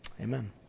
Amen